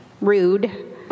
rude